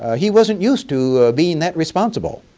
he wasn't used to being that responsible.